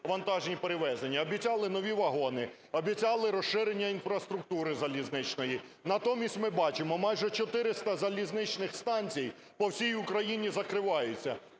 вантажні перевезення. Обіцяли нові вагони, обіцяли розширення інфраструктури залізничної. Натомість ми бачимо майже чотириста залізничних станцій по всій Україні закриваються: